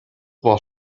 war